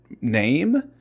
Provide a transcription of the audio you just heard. name